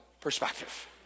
perspective